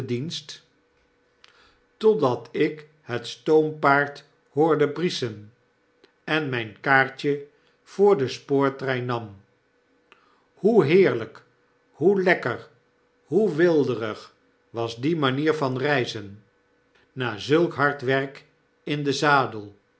totdat ik het stoompaard hoorde brieschen en myn kaartje voor den spoortrein nam hoe heerlyk hoe lekker hoe weelderig was die manier van reizen na zulk hard werk in den zadel